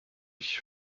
ich